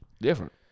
Different